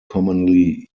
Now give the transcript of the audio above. commonly